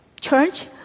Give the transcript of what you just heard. church